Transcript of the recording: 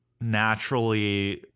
naturally